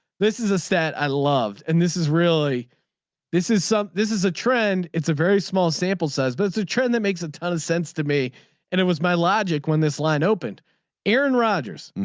this is a stat i loved. and this is really this is some this is a trend. it's a very small sample size but it's a trend that makes a ton of sense to me. and it was my logic when this line opened aaron rodgers.